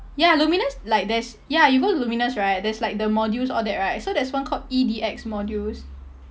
ya luminous like there's ya you go luminous right there's like the modules all that right so there's one called E_D_X modules